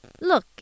Look